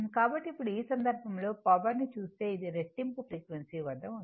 కాబట్టి ఇప్పుడు ఈ సందర్భంలో ఆ పవర్ ని చూస్తే ఇది రెట్టింపు ఫ్రీక్వెన్సీ వద్ద ఉంది